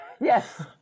Yes